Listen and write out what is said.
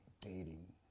Dating